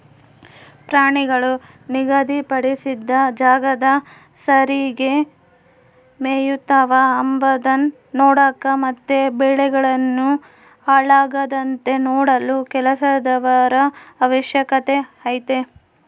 ಪ್ರಾಣಿಗಳು ನಿಗಧಿ ಪಡಿಸಿದ ಜಾಗದಾಗ ಸರಿಗೆ ಮೆಯ್ತವ ಅಂಬದ್ನ ನೋಡಕ ಮತ್ತೆ ಬೆಳೆಗಳನ್ನು ಹಾಳಾಗದಂತೆ ನೋಡಲು ಕೆಲಸದವರ ಅವಶ್ಯಕತೆ ಐತೆ